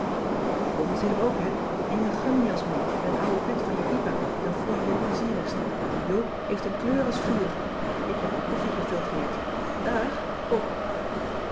je komt natuurlijk ook hè neem een gummijas mee en een ouwe pet van je pipa dan voel je je t plezierigst joop heeft een kleur als vuur ik heb al koffie gefiltreerd dàg pop